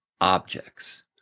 objects